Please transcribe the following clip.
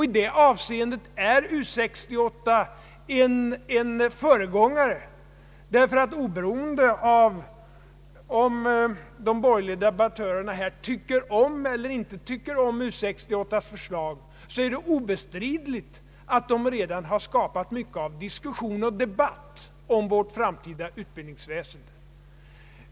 I det avseendet är U 68 en föregångare, därför att oberoende av om de borgerliga debattörerna tycker om eller inte tycker om U 68:s förslag är det obestridligen så att dessa har skapat mycken diskussion och debatt om vårt framtida utbildningsväsen.